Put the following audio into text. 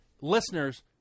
listeners